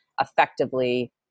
effectively